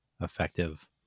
effective